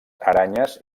aranyes